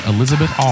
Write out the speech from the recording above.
Elizabeth